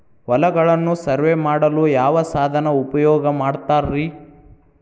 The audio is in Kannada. ಹೊಲಗಳನ್ನು ಸರ್ವೇ ಮಾಡಲು ಯಾವ ಸಾಧನ ಉಪಯೋಗ ಮಾಡ್ತಾರ ರಿ?